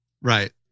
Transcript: Right